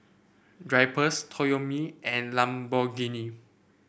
Drypers Toyomi and Lamborghini